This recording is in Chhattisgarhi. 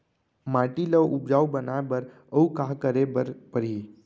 माटी ल उपजाऊ बनाए बर अऊ का करे बर परही?